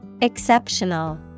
Exceptional